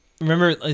Remember